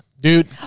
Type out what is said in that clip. Dude